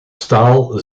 staal